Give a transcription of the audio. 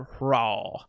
Raw